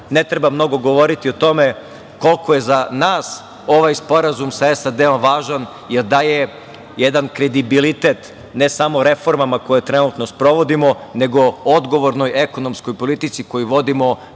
ne treba mnogo govoriti o tome koliko je za nas ovaj sporazum sa SAD važan, jer daje jedan kredibilitet, ne samo reformama koje trenutno sprovodimo, nego o odgovornoj ekonomskoj politici koju vodimo